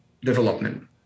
development